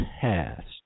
past